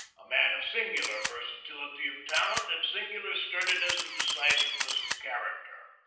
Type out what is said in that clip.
a man of singular versatility of talent and singular sturdiness and decisiveness of character.